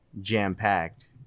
jam-packed